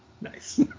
Nice